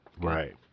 Right